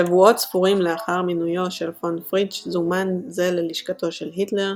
שבועות ספורים לאחר מינויו של פון פריטש זומן זה ללשכתו של היטלר,